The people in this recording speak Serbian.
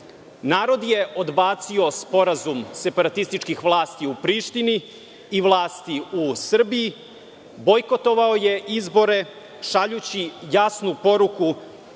Narod je odbacio sporazum separatističkih vlasti u Prištini i vlasti u Srbiji, bojkotovao je izbore, šaljući jasnu poruku